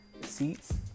seats